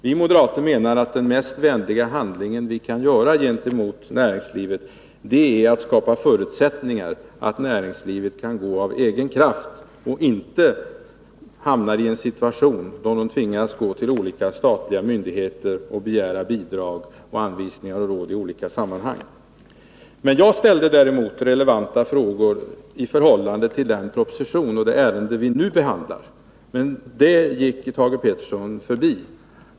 Vi moderater menar att den mest vänliga handling man kan göra gentemot näringslivet är att skapa förutsättningar så att näringslivet kan fungera av egen kraft och inte hamnar i en situation då företagen tvingas gå till olika statliga myndigheter och begära bidrag, anvisningar och råd i olika sammanhang. Däremot ställde jag relevanta frågor i förhållande till den proposition och det ärende som vi nu behandlar — men det gick Thage Peterson förbi.